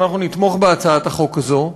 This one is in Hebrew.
אנחנו נתמוך בהצעת החוק הזאת,